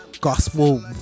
gospel